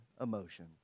emotion